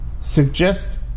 suggest